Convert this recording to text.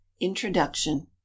introduction